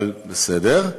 אבל בסדר.